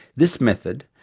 this method,